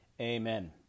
amen